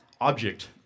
object